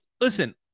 listen